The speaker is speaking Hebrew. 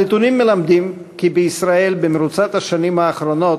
הנתונים מלמדים כי בישראל, במרוצת השנים האחרונות,